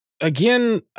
Again